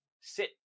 Sit